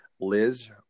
Liz